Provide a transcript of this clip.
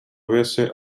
avesse